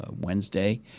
Wednesday